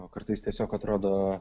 o kartais tiesiog atrodo